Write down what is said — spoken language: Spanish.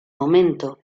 momento